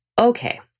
Okay